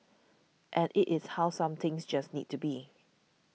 and it is how some things just need to be